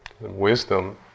wisdom